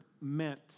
meant